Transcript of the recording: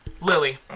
Lily